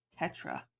Tetra